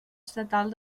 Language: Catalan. estatal